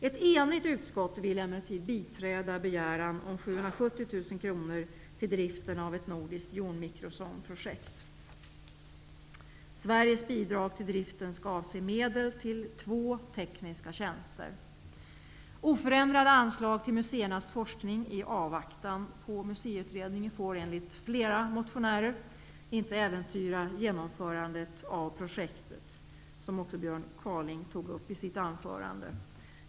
Ett enigt utskott vill emellertid biträda begäran om Oförändrade anslag till museernas forskning i avvaktan på Museiutredningen får enligt flera motionärer inte äventyra genomförandet av projektet.